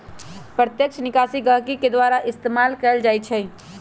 प्रत्यक्ष निकासी गहकी के द्वारा इस्तेमाल कएल जाई छई